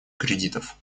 кредитов